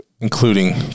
including